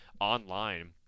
online